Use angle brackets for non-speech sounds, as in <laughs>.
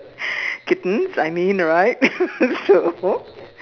kittens I mean right <laughs> so